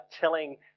telling